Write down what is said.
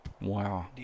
Wow